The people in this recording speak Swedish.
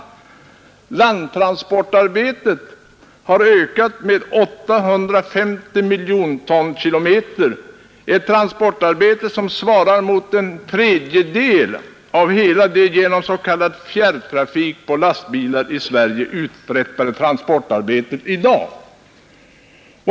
Landtransportarbetet har ökats med 850 miljoner tonkilometer, ett transportarbete som svarar mot en tredjedel av hela det genom s.k. fjärrtrafik på lastbilar i Sverige uträttade transportarbetet i dag.